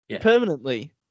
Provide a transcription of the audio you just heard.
permanently